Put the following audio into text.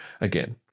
again